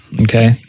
okay